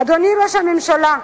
אדוני ראש הממשלה,